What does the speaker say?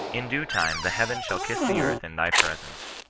in due time the heaven shall kiss the earth in thy presence,